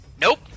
Nope